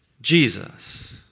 Jesus